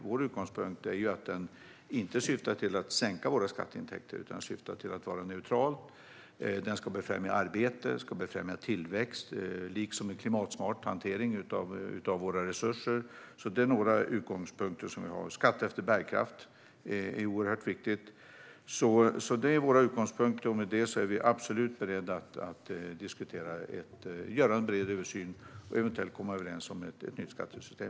Vår utgångspunkt är att syftet inte ska vara att sänka skatteintäkterna, utan förändringen ska vara neutral. Den ska befrämja arbete och tillväxt liksom en klimatsmart hantering av våra resurser. Skatter efter bärkraft är oerhört viktigt. Detta är några av våra utgångspunkter, och utifrån dem är vi absolut beredda att göra en bred översyn och eventuellt komma överens om ett nytt skattesystem.